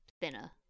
thinner